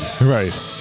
right